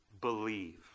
believe